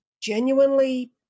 genuinely